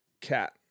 cat